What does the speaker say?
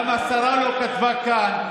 גם השרה לא כתבה כאן.